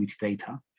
data